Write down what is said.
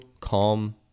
calm